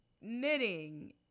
knitting